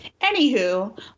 Anywho